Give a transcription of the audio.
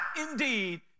indeed